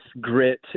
grit